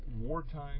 Wartime